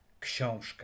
książkę